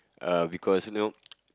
uh because you know